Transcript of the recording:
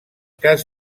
cas